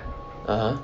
(uh huh)